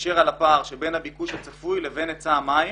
לגשר על הפער שבין הביקוש הצפוי לבין היצע המים